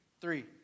Three